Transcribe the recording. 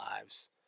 lives